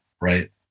right